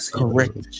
correct